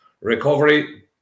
recovery